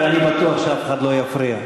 ואני בטוח שאף אחד לא יפריע.